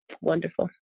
Wonderful